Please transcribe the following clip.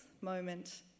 moment